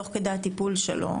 תוך כדי הטיפול שלו,